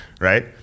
right